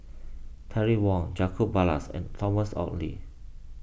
Terry Wong Jacob Ballas and Thomas Oxley